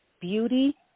beauty